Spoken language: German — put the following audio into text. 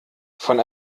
von